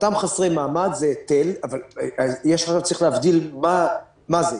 אותם חסרי מעמד זה היטל, אבל צריך להבדיל מה זה.